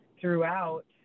throughout